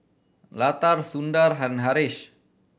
Lata Sundar and Haresh